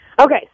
Okay